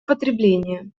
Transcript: потребления